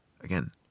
Again